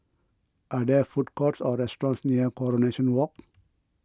are there food courts or restaurants near Coronation Walk